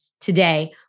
today